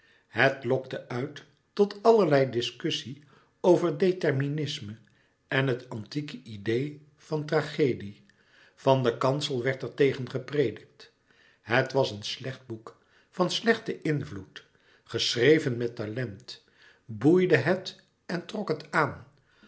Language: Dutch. het lokte uit tot allerlei discussie over determinisme en het antieke idee van tragedie van den kansel werd er tegen gepredikt het was een slecht boek van slechten invloed geschreven met talent boeide het en trok het aan